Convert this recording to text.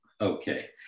Okay